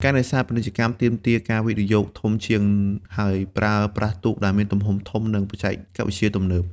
ការនេសាទពាណិជ្ជកម្មទាមទារ ការវិនិយោគ ធំជាង ហើយប្រើប្រាស់ទូកដែលមានទំហំធំ និងបច្ចេកវិទ្យាទំនើប។